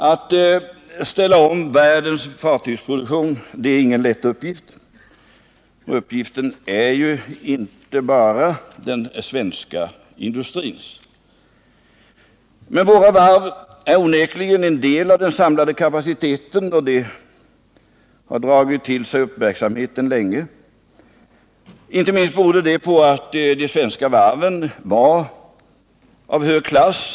Att ställa om världens fartygsproduktion är ingen lätt uppgift, och uppgiften är ju inte bara den svenska industrins. Men våra varv är onekligen en del av den samlade kapaciteten, och de har dragit till sig uppmärksamheten länge. Inte minst beror det på att de svenska varven var av hög klass.